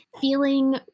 feeling